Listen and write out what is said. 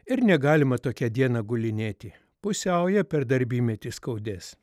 ir negalima tokią dieną gulinėti pusiaują per darbymetį skaudės